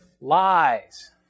lies